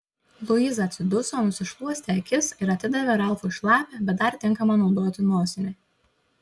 luiza atsiduso nusišluostė akis ir atidavė ralfui šlapią bet dar tinkamą naudoti nosinę